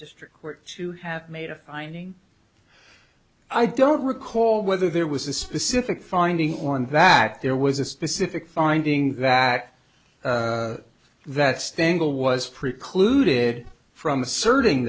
district court to have made a finding i don't recall whether there was a specific finding or and that there was a specific finding that that stengel was precluded from asserting